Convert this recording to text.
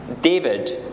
David